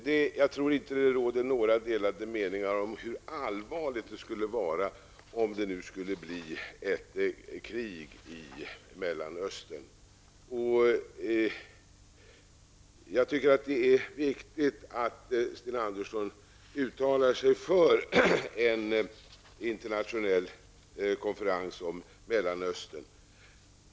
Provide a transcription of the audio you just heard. Det råder nog inga delade meningar om hur allvarligt det skulle vara om det skulle bryta ut ett krig i Mellanöstern. Det är viktigt att Sten Andersson uttalar sig för en internationell konferens om Mellanöstern.